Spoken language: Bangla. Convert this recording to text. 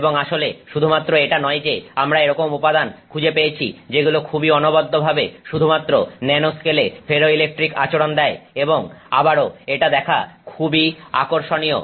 এবং আসলে শুধুমাত্র এটা নয় যে আমরা এরকম উপাদান খুঁজে পেয়েছি যেগুলো খুবই অনবদ্যভাবে শুধুমাত্র ন্যানো স্কেলে ফেরোইলেকট্রিক আচরণ দেয় এবং আবারো এটা দেখা খুবই আকর্ষণীয়